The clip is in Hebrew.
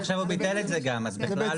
עכשיו השר ביטל את זה, אז בכלל.